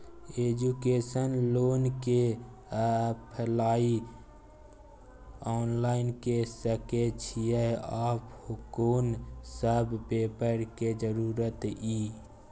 Education loan के apply online के सके छिए आ कोन सब पेपर के जरूरत इ?